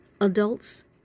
Adults